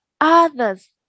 others